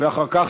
ואחר כך,